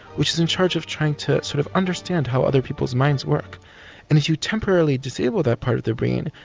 which is in charge of trying to sort of understand how other people's minds work and if you temporarily disable that part of the brain,